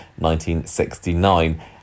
1969